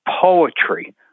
poetry